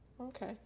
Okay